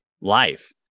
life